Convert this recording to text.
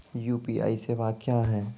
UPI सेवा क्या हैं?